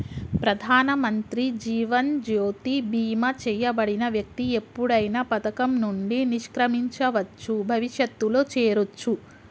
ప్రధానమంత్రి జీవన్ జ్యోతి బీమా చేయబడిన వ్యక్తి ఎప్పుడైనా పథకం నుండి నిష్క్రమించవచ్చు, భవిష్యత్తులో చేరొచ్చు